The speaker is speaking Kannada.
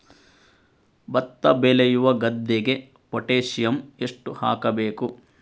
ಭತ್ತ ಬೆಳೆಯುವ ಗದ್ದೆಗೆ ಪೊಟ್ಯಾಸಿಯಂ ಎಷ್ಟು ಹಾಕಬೇಕು?